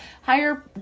Higher